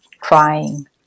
crying